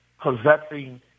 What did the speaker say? possessing